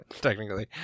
Technically